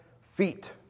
feet